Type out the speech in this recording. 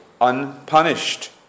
unpunished